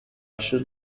should